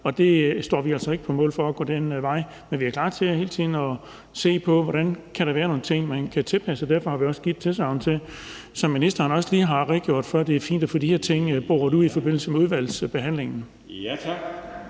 vi står altså ikke på mål for at gå den vej. Men vi er klar til hele tiden at se på, hvordan der kan være nogle ting, man kan tilpasse, og derfor har vi også givet tilsagn om, som ministeren også lige har redegjort for, at det er fint at få de her ting boret ud i forbindelse med udvalgsbehandlingen.